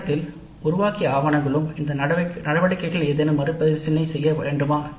இந்த கட்டத்தில் அந்த ஆவணங்கள் மறுபரிசீலனை செய்யப்பட வேண்டும்